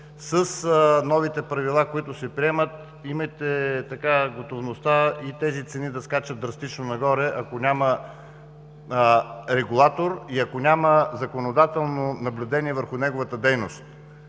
с новите правила, които се приемат, имайте готовността и тези цени да скочат драстично нагоре, ако няма регулатор и ако няма законодателно наблюдение върху неговата дейност.